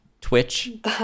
Twitch